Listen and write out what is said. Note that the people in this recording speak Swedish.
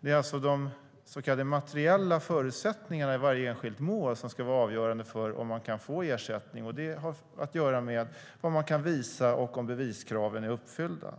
Det är alltså de så kallade materiella förutsättningarna i varje enskilt mål som ska vara avgörande för om man kan få ersättning, och det har att göra med vad man kan visa och om beviskraven är uppfyllda.